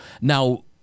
Now